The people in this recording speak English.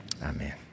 Amen